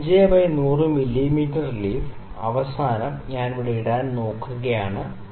ഈ 5 by 100 MM leaf അവസാനം ഇവിടെ ഇടാൻ ശ്രമിക്കാം